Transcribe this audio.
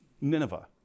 Nineveh